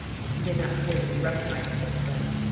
and he did not care to be recognised just then.